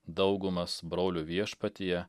daugumas brolių viešpatyje